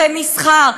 ומסחר,